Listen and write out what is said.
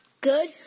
Good